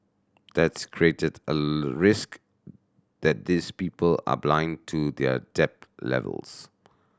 that's created a risk that these people are blind to their debt levels